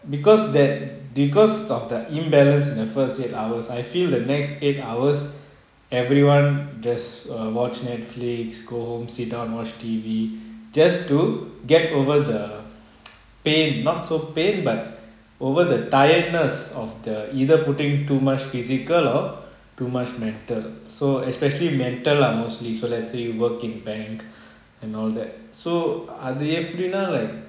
because that because of the imbalance in the first eight hours I feel the next eight hours everyone just err watch Netflix go home sit down watch T_V just to get over the pain not so pain but over the tiredness of the either putting too much physical or too much mental so especially mental lah mostly for let's say work in bank and all that so அது எப்பிடின்னா:athu epidina like